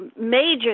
major